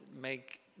make